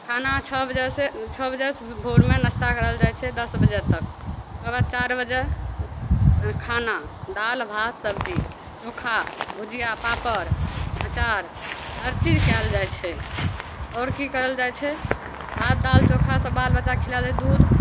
खाना छओ बजेसे छओ बजे भोरमे नाश्ता करल जाइ छै दस बजे तक ओकरबाद चारि बजे खाना दालि भात सबजी चोखा भुजिआ पापड़ अचार हरचीज कएल जाइ छै आओर कि करल जाइ छै भात दालि चोखा सब बालबच्चाकेँ खिलाएल जाइ छै दूध